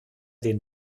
den